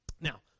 Now